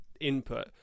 input